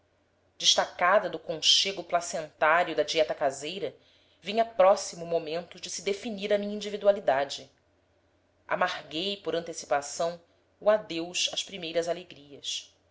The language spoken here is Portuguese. destacada do conchego placentário da dieta caseira vinha próximo o momento de se definir a minha individualidade amarguei por antecipação o adeus às primeiras alegrias